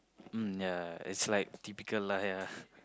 mm ya it's like typical lie lah